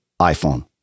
iPhone